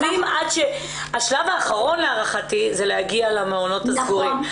השלב האחרון, להערכתי, זה להגיע למעונות הסגורים.